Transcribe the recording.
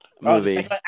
movie